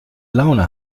laune